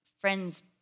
friends